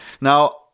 Now